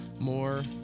more